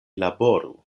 laboru